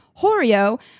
HORIO